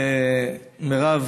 מירב,